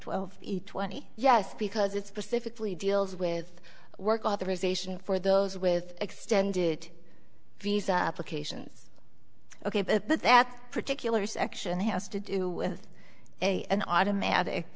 twelve twenty yes because it's specifically deals with work authorization for those with extended visa applications ok but that particular section has to do with a an automatic